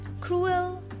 cruel